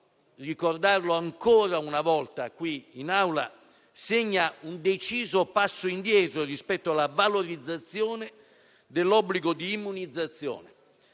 ricordarlo ancora una volta qui in Aula - segna un deciso passo indietro rispetto alla valorizzazione dell'obbligo di immunizzazione.